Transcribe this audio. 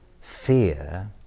fear